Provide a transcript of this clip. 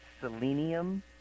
selenium